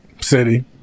City